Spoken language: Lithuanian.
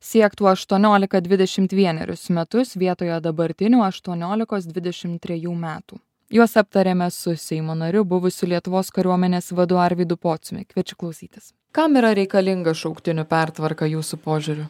siektų aštuoniolika dvidešimt vienerius metus vietoje dabartinių aštuoniolikos dvidešimt trejų metų juos aptariame su seimo nariu buvusiu lietuvos kariuomenės vadu arvydu pociumi kviečiu klausytis kam yra reikalinga šauktinių pertvarka jūsų požiūriu